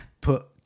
put